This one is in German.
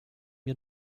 mir